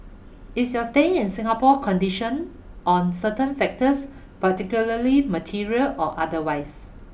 is your staying in Singapore conditional on certain factors particularly material or otherwise